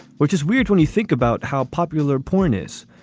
which is weird when you think about how popular porn is.